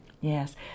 Yes